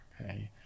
okay